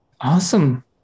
Awesome